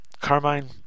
Carmine